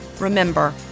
Remember